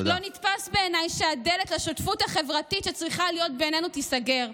לא נתפס בעיניי שהדלת לשותפות החברתית שצריכה להיות בינינו תיסגר.